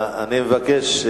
אני מבקש.